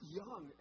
young